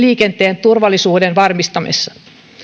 liikenteen turvallisuuden varmistamisessa